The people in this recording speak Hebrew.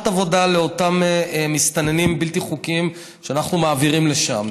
עבודה לאותם מסתננים בלתי חוקיים שאנחנו מעבירים לשם.